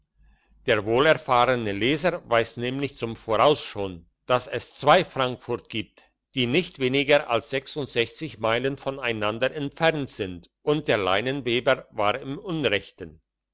der wohlerfahrene leser weiss nämlich zum voraus schon dass es zwei frankfurt gibt die nicht weniger als meilen voneinander entfernt sind und der leineweber war im unrechten